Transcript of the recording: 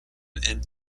and